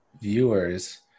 viewers